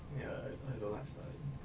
ya I I don't like studying